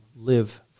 live